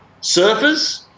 surfers